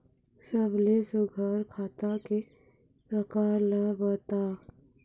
सबले सुघ्घर खाता के प्रकार ला बताव?